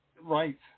Right